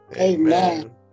Amen